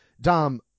dom